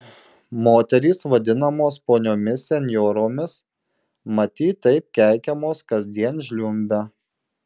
moterys vadinamos poniomis senjoromis matyt taip keikiamos kasdien žliumbia